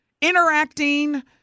interacting